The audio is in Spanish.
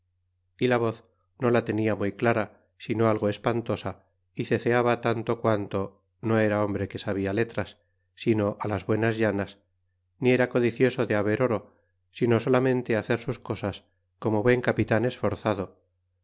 y la voz no la tenia muy clara sino algo espantosa y ceceaba tanto quanto no era hombre que sabia letras sino á las buenas llanas ni era codicioso de haber oro sino solamente hacer sus cosas como buen capitan esforzado